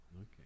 Okay